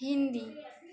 Hindi